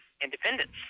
independence